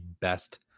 best